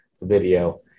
video